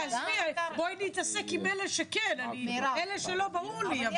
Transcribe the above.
מדי שנה עשרות אנשים